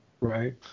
Right